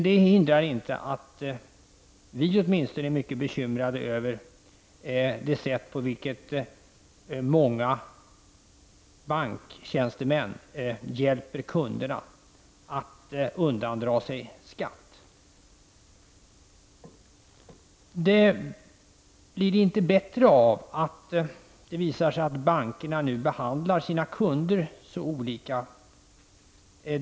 Det hindrar inte att vi är mycket bekymrade över det sätt på vilket många banktjänstemän hjälper kunderna att undandra sig skatt. Det blir inte bättre av att det visar sig att bankerna nu behandlar sina kunder så olika.